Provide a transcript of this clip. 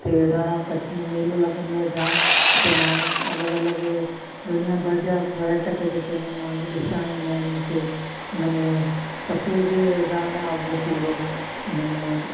हुते रण ऑफ कच्छ में मेलो लॻंदो आहे जाम हुते माण्हू अलॻि अलॻि दुनिया भर जा पर्यटक जेके आहिनि माण्हू ॾिसण ईंदा आहिनि उन खे हुन में सफेद रण आहे उहो पूरो हुन में